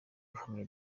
buhamye